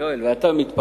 אתה מתנגד לזה?